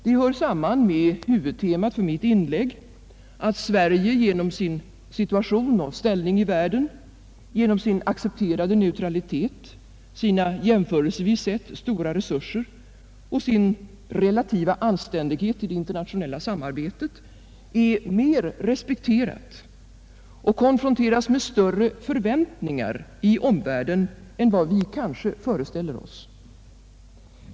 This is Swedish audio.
Det hör samman med huvudtemat för mitt inlägg: att Sverige genom sin situation och ställning i världen, genom sin accepterade neutralitet, sina jämförelsevis stora resurser och sin relativa anständighet i det internationella samarbetet är mer respekterat och konfronteras med större förväntningar i omvärlden än vad vi kanske föreställer oss.